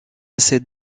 cette